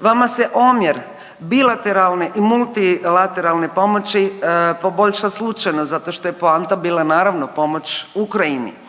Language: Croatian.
vama se omjer bilateralne i multilateralne pomoći poboljša slučajno zato što je poanta bila naravno pomoć Ukrajini.